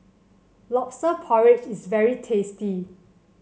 lobster porridge is very tasty